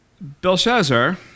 Belshazzar